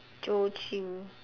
joe chew